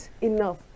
Enough